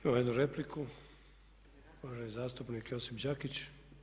Imamo jednu repliku, uvaženi zastupnik Josip Đakić.